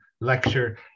lecture